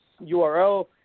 URL